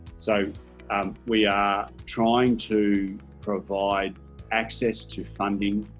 so um we are trying to provide access to funding